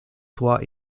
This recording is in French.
toit